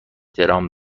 درام